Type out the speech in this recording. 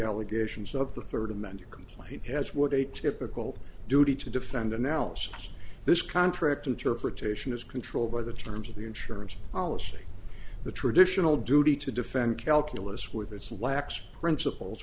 allegations of the third amended complaint has what a typical duty to defend an else this contract interpretation is controlled by the terms of the insurance policy the traditional duty to defend calculus with its lax principles